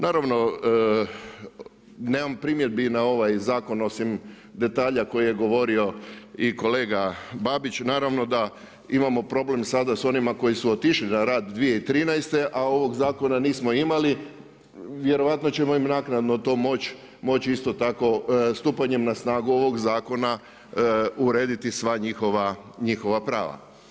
Naravno, nemam primjedbi na ovaj zakon, osim detalja koji je govorio i kolega Babić, naravno da imamo problem i sada s onima koji su otišli na rad 2013. a ovog zakona nismo imali, vjerojatno ćemo im to naknadno, moći isto tako stupanjem na snagu ovog zakona urediti sva njihova prava.